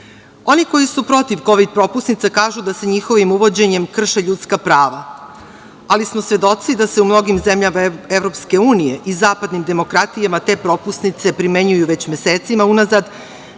koji su protiv kovid propusnica kažu da se njihovim uvođenjem krše ljudska prava, ali smo svedoci da se u mnogim zemljama EU i zapadnim demokratijama te propusnice primenjuju već mesecima unazad,